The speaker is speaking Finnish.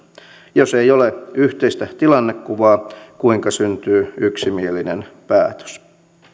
jos ei ole yhteistä tilannekuvaa kuinka syntyy yksimielinen päätös